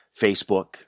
Facebook